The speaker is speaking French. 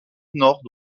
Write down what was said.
nord